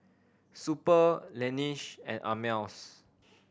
Super Laneige and Ameltz